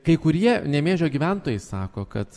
kai kurie nemėžio gyventojai sako kad